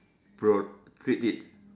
pro~ treat it